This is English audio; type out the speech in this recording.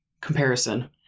comparison